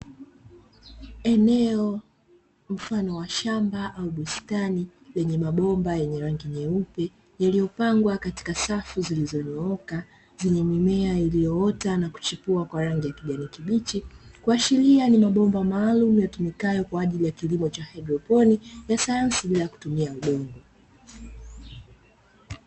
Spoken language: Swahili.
Eneo mfano wa shamba au bustani lenye mabomba yenye rangi nyeupe yaliyopangwa katika safu zilizonyooka zenye mimea iliyoota na kuchipua kwa rangi ya kijani kibichi, kuashiria ni mabomba maalumu yatumikayo kwa ajili ya kilimo cha haidroponi ya sayansi bila kutumia udongo.